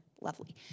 lovely